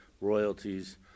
royalties